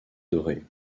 doré